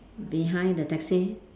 behind the taxi